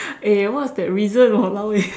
eh what's that reason !walao! eh